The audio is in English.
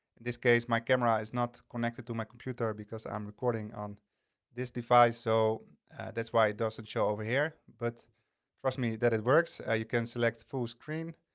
in this case my camera is not connected to my computer because i'm recording on this device. so that's why it doesn't show over here. but trust me that it works. ah you can select full screen.